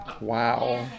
Wow